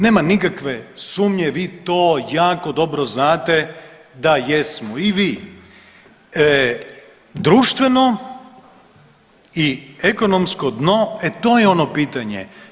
Nema nikakve sumnje, vi to jako dobro znate da jesmo, i vi, društveno i ekonomsko dno, e to je ono pitanje.